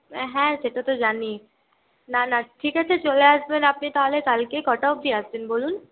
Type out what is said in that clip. হ্যাঁ সেটা তো জানি না না ঠিক আছে চলে আসবেন আপনি তাহলে কালকে কটা অবধি আসবেন বলুন